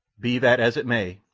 be that as it may,